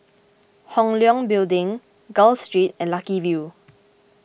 Hong Leong Building Gul Street and Lucky View